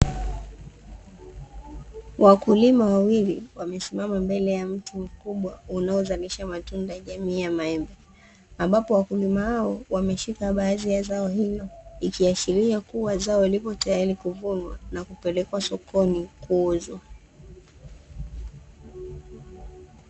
Wakulima wawili wamesimama mbele ya mti mkubwa unaozalisha matunda jamii ya maembe, ambapo wakulima hao wameshika baadhi ya zao hilo, ikiashiria kuwa zao lipo tayari kuvunwa na kupelekwa sokoni kuuzwa.